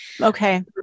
Okay